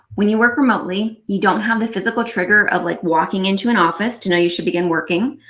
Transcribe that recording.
when you work remotely, you don't have the physical trigger of like walking into an office to know you should begin working,